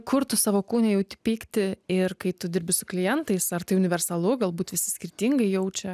kur tu savo kūne jauti pyktį ir kai tu dirbi su klientais ar tai universalu galbūt visi skirtingai jaučia